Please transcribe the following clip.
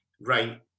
right